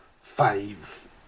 five